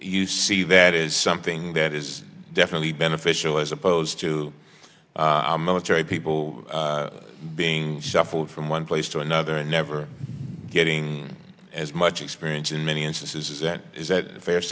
you see that is something that is definitely beneficial as opposed to a military people being shuffled from one place to another and never getting as much experience in many instances is that a fair